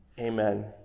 Amen